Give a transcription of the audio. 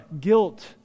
guilt